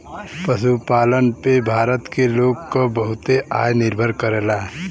पशुपालन पे भारत के लोग क बहुते आय निर्भर करला